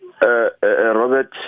Robert